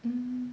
mm